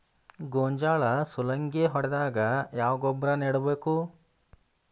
ಗೋಂಜಾಳ ಸುಲಂಗೇ ಹೊಡೆದಾಗ ಯಾವ ಗೊಬ್ಬರ ನೇಡಬೇಕು?